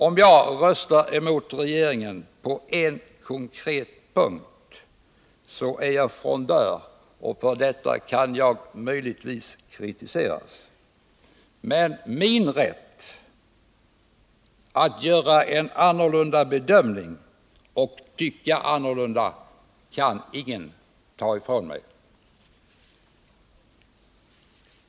Om jag röstar emot regeringen på en konkret punkt så är jag frondör. För detta kan jag möjligtvis kritiseras. Men min rätt att göra en annan bedömning och tycka annorlunda kan ingen ta ifrån mig.